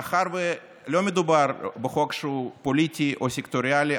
מאחר שלא מדובר בחוק שהוא פוליטי או סקטוריאלי,